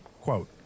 quote